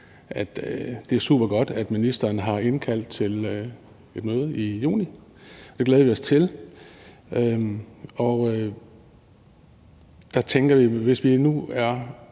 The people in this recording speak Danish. det er supergodt, at ministeren har indkaldt til et møde i juni. Det glæder vi os til, og der tænker vi: Hvis vi nu er